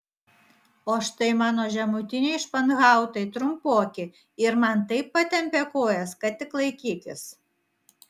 o štai mano žemutiniai španhautai trumpoki ir man taip patempė kojas kad tik laikykis